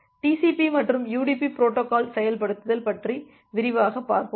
TCP மற்றும் UDP protocol செயல்படுத்தல் பற்றி விரிவாகப் பார்ப்போம்